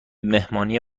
مهمانی